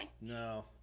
No